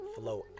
Flow